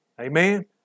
Amen